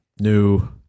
new